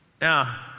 now